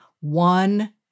one